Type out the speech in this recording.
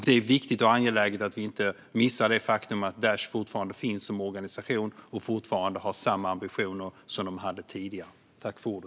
Det är viktigt och angeläget att vi inte missar det faktum att Daish fortfarande finns som organisation och fortfarande har samma ambitioner som de hade tidigare.